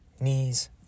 knees